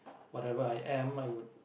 whatever I am I would